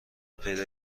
پیدا